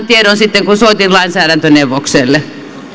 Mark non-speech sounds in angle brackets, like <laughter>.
<unintelligible> tiedon sitten kun soitin lainsäädäntöneuvokselle